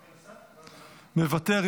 מוותר.